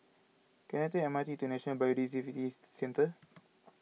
can I take the M R T to National Biodiversity Centre